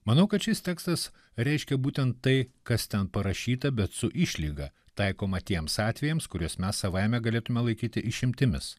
manau kad šis tekstas reiškia būtent tai kas ten parašyta bet su išlyga taikoma tiems atvejams kuriuos mes savaime galėtume laikyti išimtimis